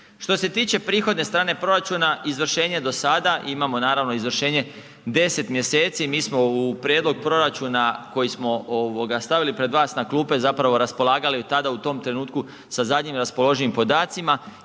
Što se tiče prihodne strane proračuna izvršenje do sada, imamo naravno izvršenje 10 mjeseci, mi smo u prijedlog proračuna koji smo stavili pred vas na klupe zapravo raspolagali tada u tom trenutku sa zadnjim raspoloživim podacima